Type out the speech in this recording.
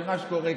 של מה שקורה כאן.